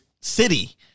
City